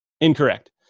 incorrect